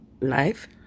life